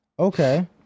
Okay